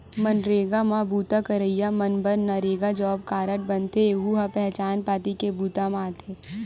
मनरेगा म बूता करइया मन बर नरेगा जॉब कारड बनथे, यहूं ह पहचान पाती के बूता म आथे